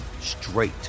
straight